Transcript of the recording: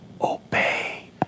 Obey